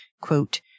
quote